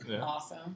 Awesome